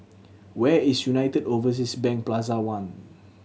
where is United Overseas Bank Plaza One